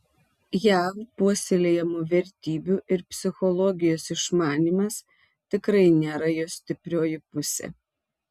jav puoselėjamų vertybių ir psichologijos išmanymas tikrai nėra jo stiprioji pusė